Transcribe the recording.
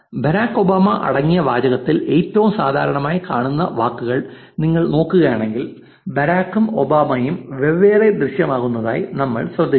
Barack Obama അടങ്ങിയ വാചകത്തിൽ ഏറ്റവും സാധാരണയായി കാണപ്പെടുന്ന വാക്കുകൾ നിങ്ങൾ നോക്കുകയാണെങ്കിൽ ബരാക്കും ഒബാമയും വെവ്വേറെ ദൃശ്യമാകുന്നതായി നമ്മൾ ശ്രദ്ധിക്കും